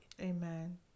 Amen